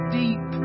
deep